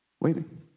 Waiting